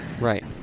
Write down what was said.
Right